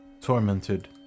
Tormented